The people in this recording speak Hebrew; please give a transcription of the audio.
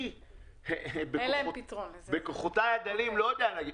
אני בכוחותיי הדלים לא יודע לפתור את זה.